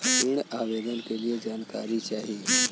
ऋण आवेदन के लिए जानकारी चाही?